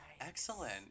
Excellent